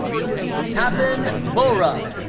tapan bohra.